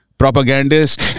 propagandist